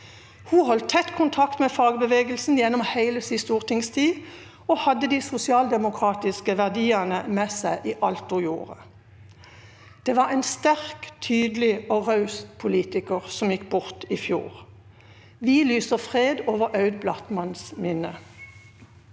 Hun holdt tett kontakt med fagbevegelsen gjennom hele sin stortingstid og hadde de sosialdemokratiske verdiene med seg i alt hun gjorde. Det var en sterk, tydelig og raus politiker som gikk bort i fjor. Vi lyser fred over Aud Blattmanns minne.